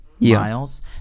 Miles